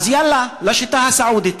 אז יאללה, לשיטה הסעודית.